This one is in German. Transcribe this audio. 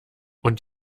und